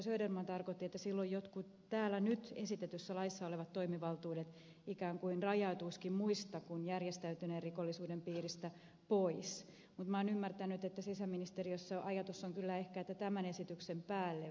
söderman tarkoitti että silloin jotkut täällä nyt esitetyssä laissa olevat toimivaltuudet ikään kuin rajautuisivat muista kuin järjestäytyneen rikollisuuden piiristä pois mutta olen ymmärtänyt että sisäministeriössä ajatus on kyllä ehkä se että tämän esityksen päälle vielä